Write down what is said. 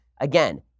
again